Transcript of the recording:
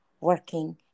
working